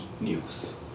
News